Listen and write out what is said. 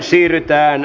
asiaan